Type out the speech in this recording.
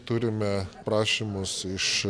turime prašymus iš